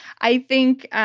i think